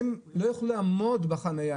הם לא יוכלו לעמוד בחניה,